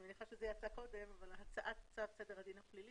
אני מניחה שזה יצא קודם אבל זה: "הצעת צו סדר הדין הפלילי